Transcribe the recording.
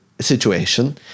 situation